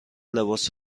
لباس